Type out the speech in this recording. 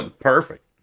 Perfect